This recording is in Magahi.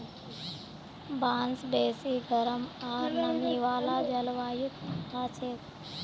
बांस बेसी गरम आर नमी वाला जलवायुत हछेक